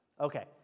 Okay